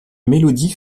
mélodie